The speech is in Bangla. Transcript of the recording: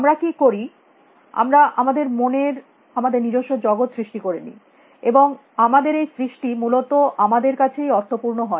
আমরা কি করি আমরা আমাদের মনে আমাদের নিজস্ব জগৎ সৃষ্টি করে নি এবং আমাদের এই সৃষ্টি মূলত আমাদের কাছেই অর্থপূর্ণ হয়